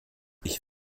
ich